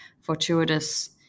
fortuitous